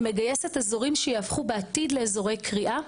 היא מגייסת אזורים שיהפכו בעתיד לאזורי קריאה.